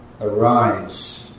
arise